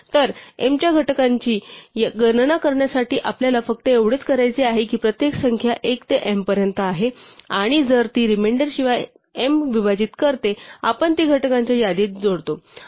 तर m च्या घटकांची गणना करण्यासाठी आपल्याला फक्त एवढेच करायचे आहे की प्रत्येक संख्या एक ते m पर्यंत आहे आणि जर ती रिमेंडर शिवाय m विभाजित करते आपण ती घटकांच्या यादीत जोडतो